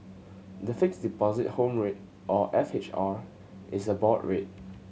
the Fixed Deposit Home Rate or F H R is a board rate